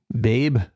Babe